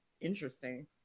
interesting